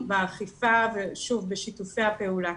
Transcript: באכיפה ובשיתופי הפעולה.